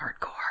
Hardcore